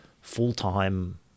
full-time